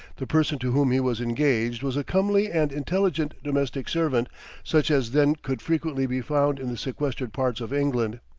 the person to whom he was engaged was a comely and intelligent domestic servant such as then could frequently be found in the sequestered parts of england.